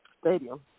stadium